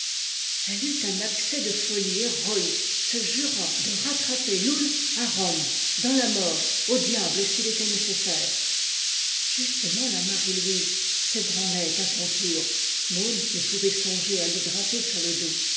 elle eut un accès de folie héroïque se jura de rat traper loull à rome dans la mort au diable s'il était néces saire justement la marie-louise s'ébranlait à son tour mon ne pouvait songer à lui grimper sur le dos